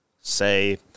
say